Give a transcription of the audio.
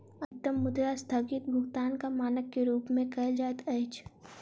अधिकतम मुद्रा अस्थगित भुगतानक मानक के रूप में उपयोग कयल जाइत अछि